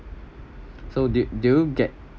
so do you do you get